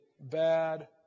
bad